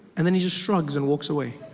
and then he just shrugs and walks away.